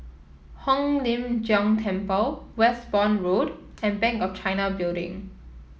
Hong Lim Jiong Temple Westbourne Road and Bank of China Building